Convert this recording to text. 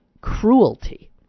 cruelty